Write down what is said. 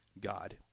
God